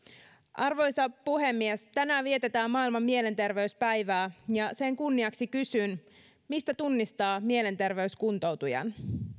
arvoisa puhemies tänään vietetään maailman mielenterveyspäivää ja sen kunniaksi kysyn mistä tunnistaa mielenterveyskuntoutujan